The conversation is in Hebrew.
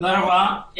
תודה רבה.